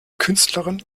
künstlerin